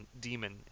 demon